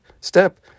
step